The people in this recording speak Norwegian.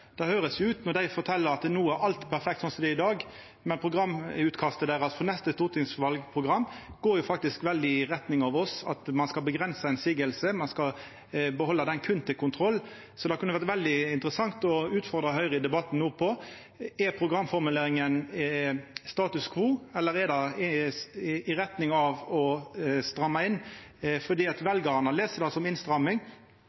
Når dei fortel, høyrest det ut som om alt er perfekt slik det er i dag. Men programutkastet deira til neste stortingsvalprogram går faktisk veldig i retning av oss, at ein skal avgrense motsegner, ein skal behalda dei berre til kontroll. Så det kunne vore veldig interessant å utfordra Høgre i debatten no: Betyr programformuleringa status quo, eller går det i retning av å stramma inn? Veljarane les det som innstramming, men dei skjønnheitsfrasane om kor unødvendig Framstegspartiets forslag er, kan gje eit inntrykk av at